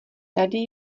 tady